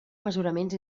mesuraments